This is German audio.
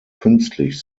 künstlich